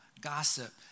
gossip